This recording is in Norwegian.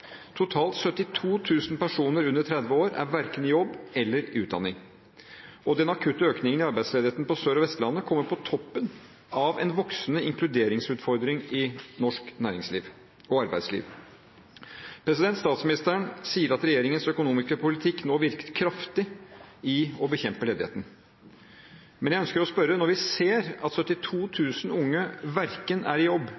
Totalt 72 000 personer under 30 år er verken i jobb eller under utdanning. Den akutte økningen i arbeidsledigheten på Sør- og Vestlandet kommer på toppen av en voksende inkluderingsutfordring i norsk næringsliv og arbeidsliv. Statsministeren sier at regjeringens økonomiske politikk nå virker kraftig for å bekjempe ledigheten. Men jeg ønsker å spørre: Når vi ser at 72 000 unge verken er i jobb